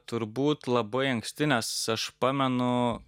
turbūt labai anksti nes aš pamenu